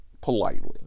politely